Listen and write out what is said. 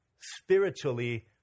spiritually